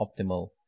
optimal